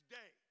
day